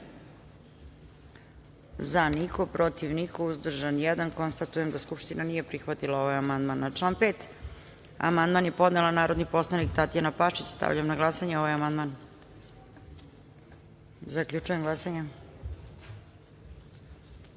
– niko, protiv – niko, uzdržan – jedan. Konstatujem da Skupština nije prihvatila ovaj amandman. Na član 8. amandman je podnela narodni poslanik Ivana Rokvić. Stavljam na glasanje ovaj amandman. Zaključujem glasanje: